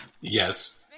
Yes